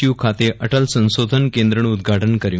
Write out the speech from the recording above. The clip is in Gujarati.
યુ ખાતે અટલ સંસોધન કેન્દ્રનું ઉદઘાટન કર્યું